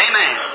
Amen